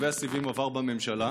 מתווה הסיבים עבר בממשלה,